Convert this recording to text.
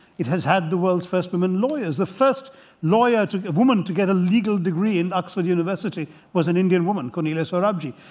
it has had the world's first women lawyers. the first lawyer to, a women to get a legal degree in oxford university was an indian woman, cornelia sorabji.